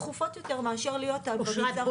דחופות יותר מאשר להיות --- אושרת,